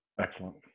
Excellent